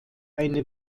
eine